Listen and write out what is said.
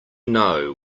know